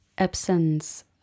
Absence